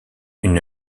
une